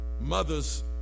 mothers